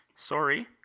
Sorry